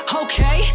okay